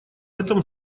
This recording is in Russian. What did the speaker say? этом